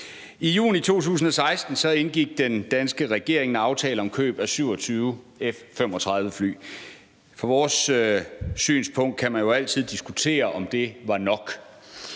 I juni 2016 indgik den danske regering en aftale om køb af 27 F-35-fly. Fra vores synspunkt kan man jo altid diskutere, om det var nok.